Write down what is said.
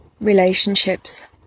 Relationships